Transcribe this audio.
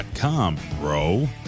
bro